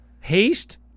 Haste